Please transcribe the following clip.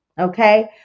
okay